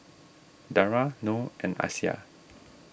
Dara Noh and Aisyah